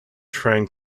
train